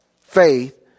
faith